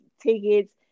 tickets